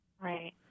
Right